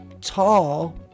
tall